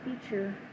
feature